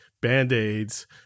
band-aids